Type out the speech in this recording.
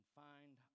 find